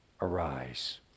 Arise